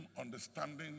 understanding